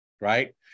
right